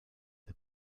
the